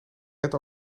net